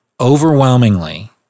overwhelmingly